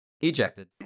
Ejected